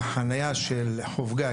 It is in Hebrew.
מהחנייה של חוף גיא,